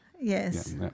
Yes